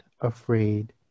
afraid